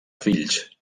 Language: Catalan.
fills